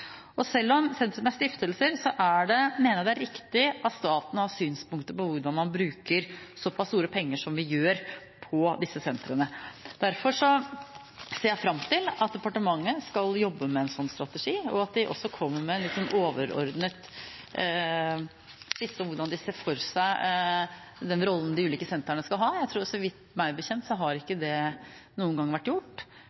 Og selv om sentrene er stiftelser, mener jeg det er riktig av staten å ha synspunkter på hvordan man bruker såpass mye penger som vi gjør på disse sentrene. Derfor ser jeg fram til at departementet skal jobbe med en sånn strategi, og at det også kommer med en overordnet skisse over hvordan det ser for seg den rollen de ulike sentrene skal ha. Så vidt jeg vet, har ikke det vært gjort noen gang,